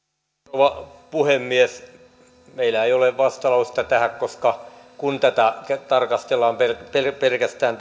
rouva puhemies meillä ei ole vastalausetta tähän koska kun tätä tarkastellaan pelkästään